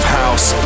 house